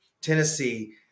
Tennessee